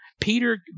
Peter